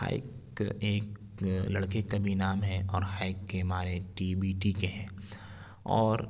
hike ایک لڑکے کا بھی نام ہے اور ہائیک کے معنی ٹی بی ٹی کے ہیں اور